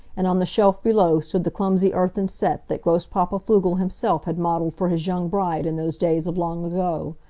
and on the shelf below stood the clumsy earthen set that grosspapa pflugel himself had modeled for his young bride in those days of long ago.